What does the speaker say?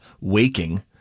waking